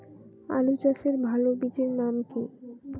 আলু চাষের ভালো বীজের নাম কি?